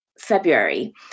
February